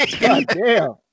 Goddamn